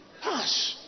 Hush